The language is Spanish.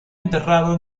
enterrado